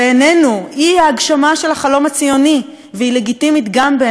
היא ההגשמה של החלום הציוני והיא לגיטימית גם בעיני העולם,